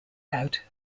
out